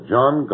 John